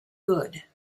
good